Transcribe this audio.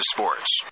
Sports